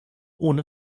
ohne